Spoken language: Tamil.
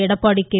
எடப்பாடி கே